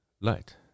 light